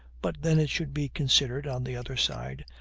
but then it should be considered, on the other side,